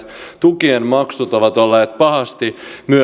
tukien maksut ovat olleet pahasti